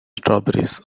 strawberries